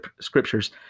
scriptures